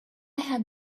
had